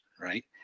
right